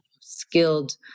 skilled